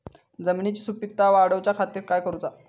जमिनीची सुपीकता वाढवच्या खातीर काय करूचा?